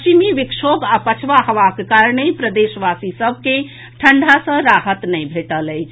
पश्चिमी विक्षोभ आ पछवा हवाक कारणे प्रदेशवासी सभ के ठंढा सँ राहत नहि भेटल अछि